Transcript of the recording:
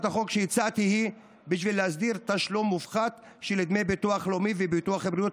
שהצעתי היא להסדיר תשלום מופחת של דמי ביטוח לאומי וביטוח בריאות